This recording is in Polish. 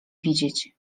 widzieć